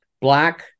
Black